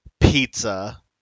pizza